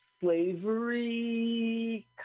slavery